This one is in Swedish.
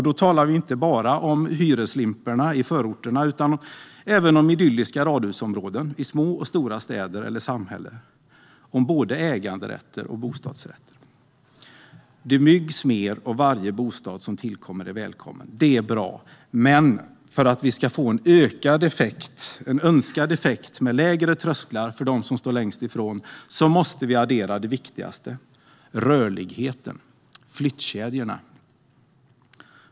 Då talar vi inte bara om hyreslimporna i förorterna utan även om idylliska radhusområden i små och stora städer eller samhällen med både äganderätter och bostadsrätter. Det byggs mer, och varje bostad som tillkommer är välkommen. Det är bra. Men för att vi ska få önskad effekt med lägre trösklar för dem som står längst ifrån måste vi addera det viktigaste: rörligheten - flyttkedjorna.